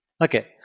okay